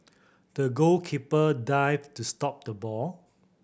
the goalkeeper dived to stop the ball